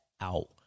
out